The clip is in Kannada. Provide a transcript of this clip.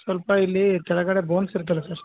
ಸ್ವಲ್ಪ ಇಲ್ಲಿ ಕೆಳಗಡೆ ಬೋನ್ಸ್ ಇರುತ್ತಲ ಸರ್